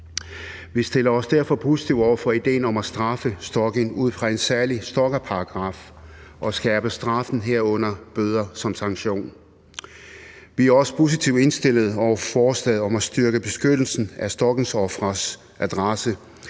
Vi stiller os derfor positive over for ideen om at straffe stalking ud fra en særlig stalkingparagraf og skærpe straffen, herunder bøder, som sanktion. Vi er også positivt indstillet over for forslaget om at styrke beskyttelsen af stalkingofres adresse,